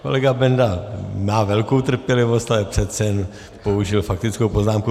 Kolega Benda má velkou trpělivost, ale přece jen použil faktickou poznámku.